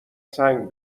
سنگ